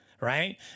right